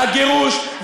הגירוש,